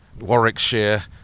Warwickshire